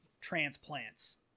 transplants